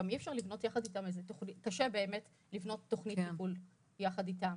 גם קשה לבנות תוכנית טיפול יחד איתם,